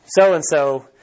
so-and-so